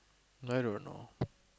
I don't know